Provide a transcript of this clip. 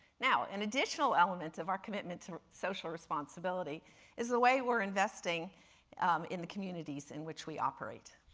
now, an additional element of our commitment to social responsibility is the way we're investing in the communities in which we operate.